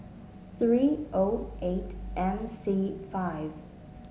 three O eight M C five